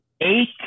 Eight